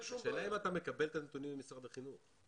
השאלה אם אתה מקבל את הנתונים ממשרד החינוך.